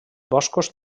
boscos